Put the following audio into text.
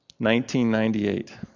1998